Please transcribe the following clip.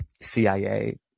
CIA